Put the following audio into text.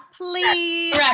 Please